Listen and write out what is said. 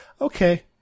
Okay